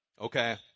Okay